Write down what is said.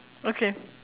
okay